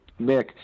Mick